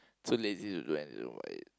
too lazy to do anything about it